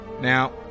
Now